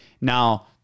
Now